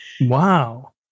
Wow